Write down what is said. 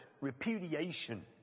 repudiation